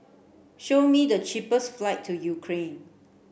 show me the cheapest flights to Ukraine